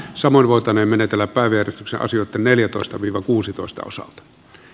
saman voitane menetellä päiviä psoasilta neljätoista viro kuusitoista osalta